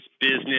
business